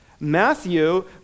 Matthew